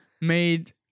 made